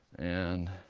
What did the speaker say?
and,